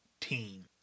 team